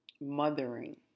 mothering